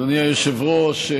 אדוני היושב-ראש,